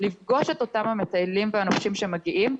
לפגוש את אותם המטיילים והנופשים שמגיעים,